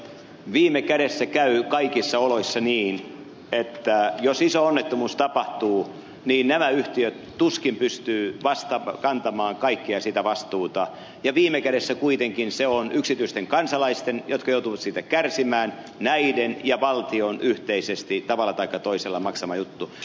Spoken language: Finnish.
viime kädessä käy kaikissa oloissa niin jos iso onnettomuus tapahtuu että nämä yhtiöt tuskin pystyvät kantamaan kaikkea sitä vastuuta ja viime kädessä kuitenkin se on yksityisten kansalaisten jotka joutuvat siitä kärsimään ja valtion yhteisesti tavalla taikka toisella maksama juttu